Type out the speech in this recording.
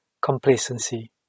complacency